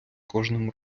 кожним